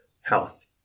health